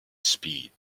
speed